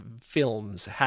films